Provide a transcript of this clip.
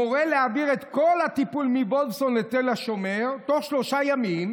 מורה להעביר את כל הטיפול מוולפסון לתל השומר תוך שלושה ימים.